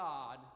God